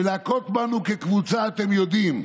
ולהכות בנו כקבוצה אתם יודעים,